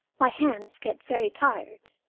my hands get very tired.